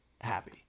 happy